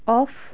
of